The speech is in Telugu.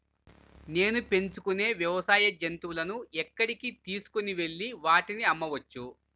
నేను పెంచుకొనే వ్యవసాయ జంతువులను ఎక్కడికి తీసుకొనివెళ్ళి వాటిని అమ్మవచ్చు?